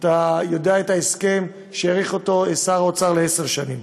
אתה יודע על ההסכם שהאריך שר האוצר לעשר שנים,